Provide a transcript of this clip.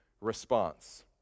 response